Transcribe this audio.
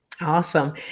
Awesome